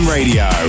Radio